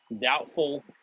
doubtful